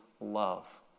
love